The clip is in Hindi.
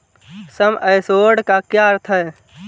सम एश्योर्ड का क्या अर्थ है?